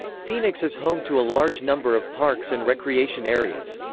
phoenix is home to a large number of parks and recreation areas.